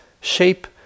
shape